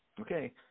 okay